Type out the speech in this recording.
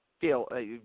feel